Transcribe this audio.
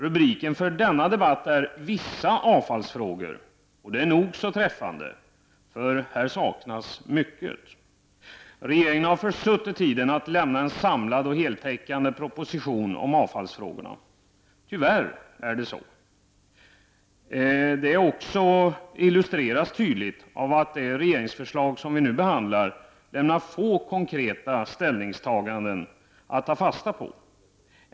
Rubriken för dagens debatt är Vissa avfallsfrågor. Detta är nog så träffande, för här saknas mycket. Regeringen har försuttit tiden att lämna en samlad och heltäckande proposition om avfallsfrågorna. Tyvärr är det så. Detta illustreras också tydligt av att det regeringsförslag som vi nu behandlar lämnar få konkreta ställningstaganden att ta fasta på.